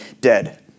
dead